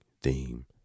theme